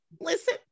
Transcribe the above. listen